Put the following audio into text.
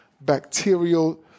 bacterial